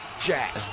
Jack